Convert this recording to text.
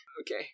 Okay